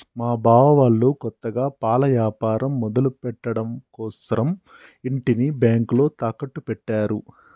మా బావ వాళ్ళు కొత్తగా పాల యాపారం మొదలుపెట్టడం కోసరం ఇంటిని బ్యేంకులో తాకట్టు పెట్టారు